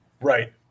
Right